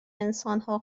انسانها